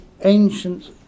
ancient